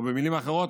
או במילים אחרות,